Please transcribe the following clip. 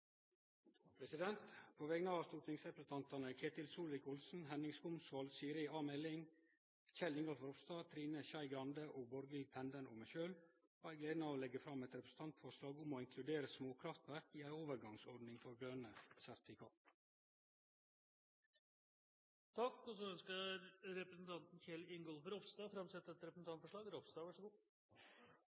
På vegner av stortingsrepresentantane Ketil Solvik-Olsen, Henning Skumsvoll, Siri A. Meling, Kjell Ingolf Ropstad, Trine Skei Grande, Borghild Tenden og meg sjølv har eg gleda av å leggje fram eit representantforslag om å inkludere småkraftverk i ei overgangsordning for grøne sertifikat. Representanten Kjell Ingolf Ropstad ønsker